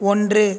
ஒன்று